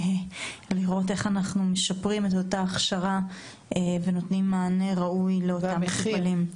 כדי לראות איך אנחנו משפרים את ההכשרה ונותנים מענה ראוי למטופלים.